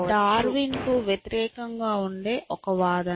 ఇది డార్విన్ కు వ్యతిరేకంగా ఉండే వాదన